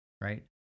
right